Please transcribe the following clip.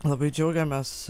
labai džiaugiamės